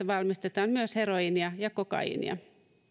valmistetaan myös heroiinia ja kokaiinia